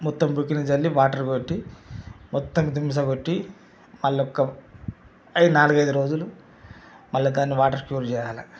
మొత్తం బ్రుకిని చల్లి వాటర్ కొట్టి మొత్తం ధింసా కొట్టి అల్లొక ఐ నాలుగైదు రోజులు మళ్ళా అక్కడ నుండి వాటర్ క్యూర్ చేయాలి